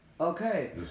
Okay